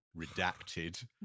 redacted